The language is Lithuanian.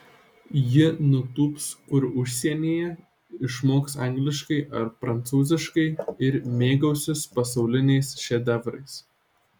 ji nutūps kur užsienyje išmoks angliškai ar prancūziškai ir mėgausis pasauliniais šedevrais